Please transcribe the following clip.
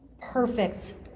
perfect